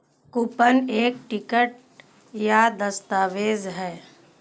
coupon एक ticket या दस्तावेज़ है